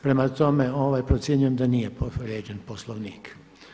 Prema tome, procjenjujem da nije povrijeđen Poslovnik.